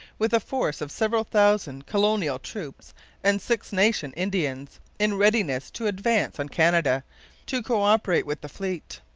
with a force of several thousand colonial troops and six nation indians, in readiness to advance on canada to co-operate with the fleet.